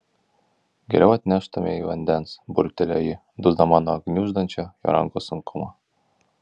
geriau atneštumei vandens burbtelėjo ji dusdama nuo gniuždančio jo rankos sunkumo